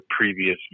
previous